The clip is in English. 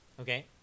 Okay